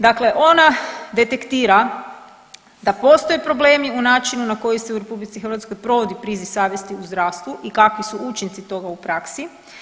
Dakle, ona detektira da postoje problemi i u načinu na koji se u RH provodi priziv savjesti u zdravstvu i kakvi su učinci toga u praksi.